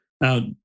Now